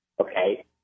Okay